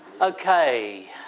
Okay